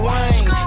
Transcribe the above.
Wayne